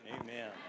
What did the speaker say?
Amen